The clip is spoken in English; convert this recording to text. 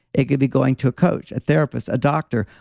it could be going to a coach, a therapist, a doctor,